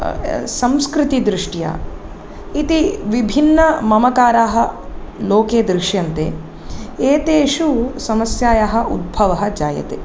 संस्कृतिदृष्ट्या इति विभिन्न ममकाराः लोके दृश्यन्ते एतेषु समस्यायाः उद्भवः जायते